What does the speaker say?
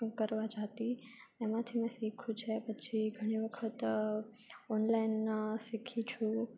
કરવા જતી એમાંથી મેં શીખ્યું છે પછી ઘણીવખત ઓનલાઇન શીખી છું